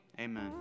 Amen